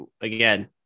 again